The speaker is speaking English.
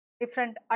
different